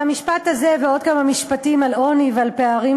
והמשפט הזה ועוד כמה משפטים על עוני ועל פערים